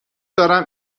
دارم